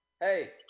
Hey